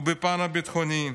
ובפן הביטחוני,